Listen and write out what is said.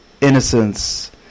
Innocence